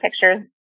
pictures